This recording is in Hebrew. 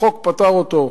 החוק פטר אותו,